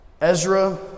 Ezra